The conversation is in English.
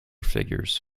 figures